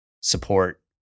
support